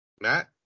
Matt